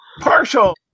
Partial